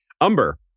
Umber